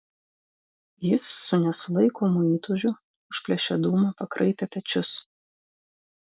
jis su nesulaikomu įtūžiu užplėšė dūmą pakraipė pečius